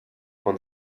von